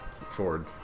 Ford